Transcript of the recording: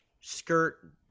skirt